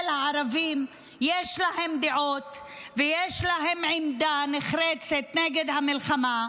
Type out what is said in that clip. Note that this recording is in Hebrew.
הערבים יש דעות ויש להם עמדה נחרצת נגד המלחמה.